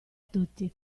tutti